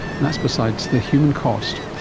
and that's besides the human cost.